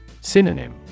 Synonym